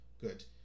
good